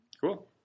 Cool